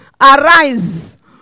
Arise